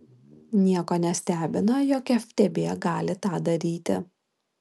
nieko nestebina jog ftb gali tą daryti